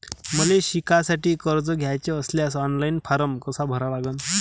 मले शिकासाठी कर्ज घ्याचे असल्यास ऑनलाईन फारम कसा भरा लागन?